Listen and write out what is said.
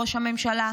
ראש הממשלה,